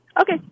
Okay